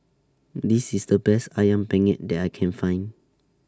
This IS The Best Ayam Penyet that I Can Find